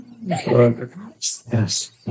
Yes